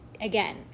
Again